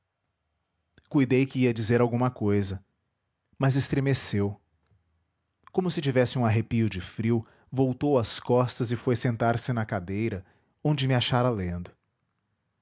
cuidei que ia dizer alguma cousa mas estremeceu como se tivesse um arrepio de frio voltou as costas e foi sentar-se na cadeira onde me achara lendo